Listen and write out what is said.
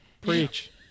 Preach